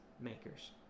Makers